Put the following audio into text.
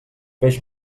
peix